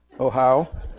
Ohio